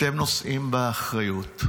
אתם נושאים באחריות.